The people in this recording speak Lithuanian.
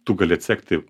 tu gali atsekti